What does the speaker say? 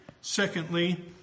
Secondly